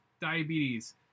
diabetes